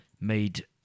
made